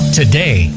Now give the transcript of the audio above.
today